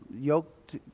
yoked